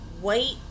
white